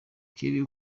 kelly